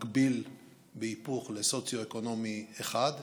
מקביל בהיפוך לסוציו-אקונומי 1,